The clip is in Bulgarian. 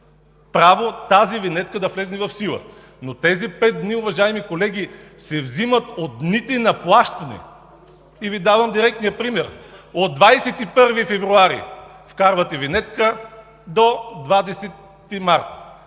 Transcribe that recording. право тази винетка да влезе в сила, но тези пет дни, уважаеми колеги, се взимат от дните на плащане. Давам Ви директния пример – от 21 февруари вкарвате винетка до 20 март.